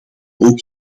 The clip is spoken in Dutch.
ook